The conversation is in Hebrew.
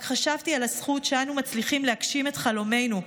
רק חשבתי על הזכות שאנו מצליחים להגשים את חלומנו.